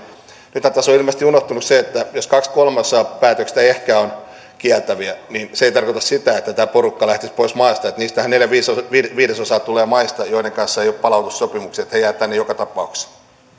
tässä on ilmeisesti unohtunut se että jos kaksi kolmasosaa päätöksistä ehkä on kieltäviä niin se ei tarkoita sitä että tämä porukka lähtisi pois maasta niistähän neljä viidesosaa tulee maista joiden kanssa ei ole palautussopimuksia niin että he jäävät tänne joka tapauksessa